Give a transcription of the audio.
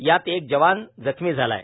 यात एक जवान जखमी झाला आहे